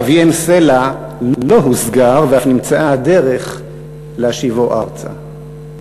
אביעם סלע לא הוסגר, ואף נמצאה הדרך להשיבו ארצה.